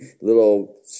little